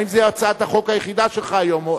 האם זו הצעת החוק היחידה שלך היום,